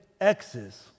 x's